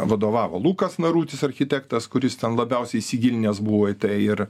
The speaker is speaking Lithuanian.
vadovavo lukas narutis architektas kuris ten labiausiai įsigilinęs buvo į tai ir